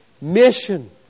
mission